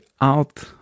out